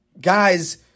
guys